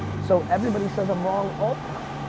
so everybody says i'm wrong all the time.